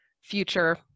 future